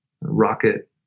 rocket